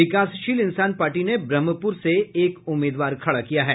विकासशील इंसान पार्टी ने ब्रहमपुर से एक उम्मीदवार खड़ा किया है